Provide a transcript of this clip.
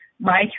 Mike